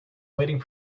waiting